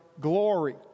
glory